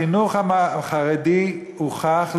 החינוך החרדי הוכח,